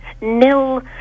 nil